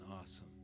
awesome